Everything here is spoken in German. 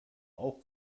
auch